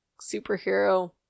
superhero